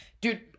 Dude